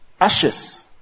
Ashes